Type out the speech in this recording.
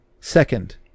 Second